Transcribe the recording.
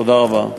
תודה רבה.